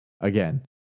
again